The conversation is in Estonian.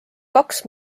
kaks